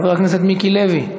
חבר הכנסת מיקי לוי,